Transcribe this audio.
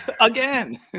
again